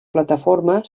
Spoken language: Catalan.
plataforma